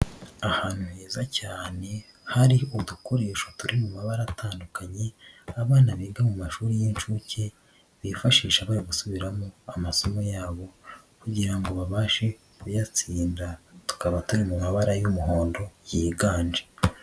Ahantu heza cyane hari udukoresho turi mu mabara atandukanye, abana biga mu mashuri y'inshuke, bifashisha bari gusubiramo amasomo yabo kugira ngo babashe kuyatsinda. Tukaba turi mu mabara y'umuhondo yiganje.